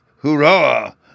Hurrah